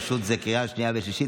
פשוט זה קריאה שנייה ושלישית,